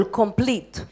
complete